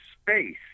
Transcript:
space